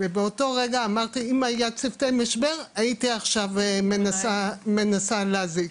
באותו רגע אמרתי שאם היה צוותי משבר הייתי מנסה להזעיק.